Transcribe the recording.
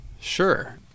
Sure